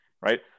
right